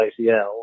ACL